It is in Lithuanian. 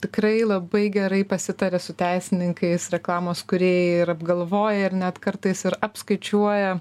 tikrai labai gerai pasitaria su teisininkais reklamos kūrėjai ir apgalvoja ir net kartais ir apskaičiuoja